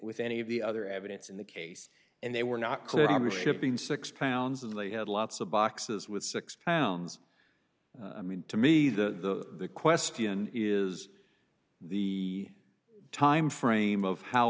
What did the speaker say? with any of the other evidence in the case and they were not clear obvious shipping six pounds of they had lots of boxes with six pounds i mean to me the question is the timeframe of how